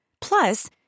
Plus